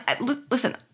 listen